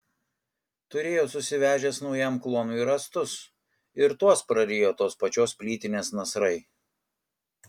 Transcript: turėjo susivežęs naujam kluonui rąstus ir tuos prarijo tos pačios plytinės nasrai